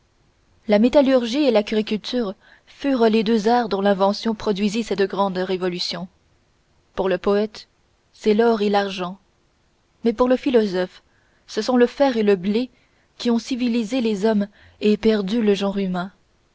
la métallurgie et l'agriculture furent les deux arts dont l'invention produisit cette grande révolution pour le poète c'est l'or et l'argent mais pour le philosophe ce sont le fer et le blé qui ont civilisé les hommes et perdu le genre humain